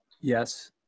Yes